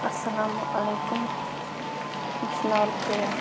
اَلسَلامُ علیکُم مےٚ چھُ ناو رُقَیہ